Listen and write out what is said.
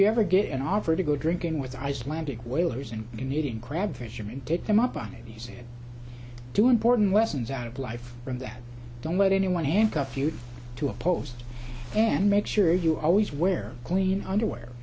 you ever get an offer to go drinking with icelandic whalers and canadian crab fisherman did come up on it he said do important lessons out of life from that don't let anyone handcuff you to a post and make sure you always wear clean underwear